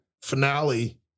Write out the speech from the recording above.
finale